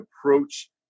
approach